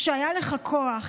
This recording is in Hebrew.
כשהיה לך כוח,